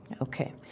okay